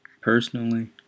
Personally